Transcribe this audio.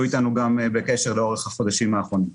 איתנו גם בקשר לאורך החודשים האחרונים.